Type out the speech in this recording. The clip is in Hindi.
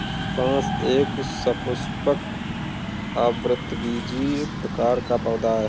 बांस एक सपुष्पक, आवृतबीजी प्रकार का पौधा है